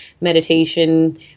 meditation